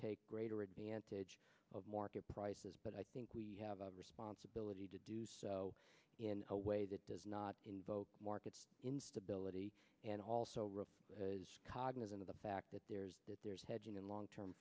take greater advantage of market prices but i think we have a responsibility to do so in a way that does not involve markets instability and also real cognizant of the fact that there's that there's hedging and long term